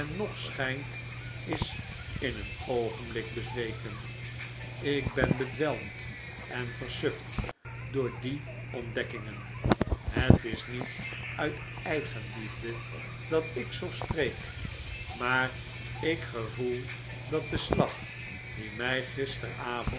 nog schijnt is in een oogenblik bezweken ik ben bedwelmd en versuft door die ontdekkingen het is niet uit eigenliefde dat ik zoo spreek maar ik gevoel dat de slag die mij gisteravond